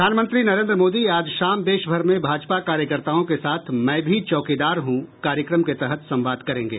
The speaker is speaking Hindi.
प्रधानमंत्री नरेन्द्र मोदी आज शाम देशभर में भाजपा कार्यकर्ताओं के साथ मैं भी चौकीदार हूँ कार्यक्रम के तहत संवाद करेंगे